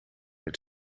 het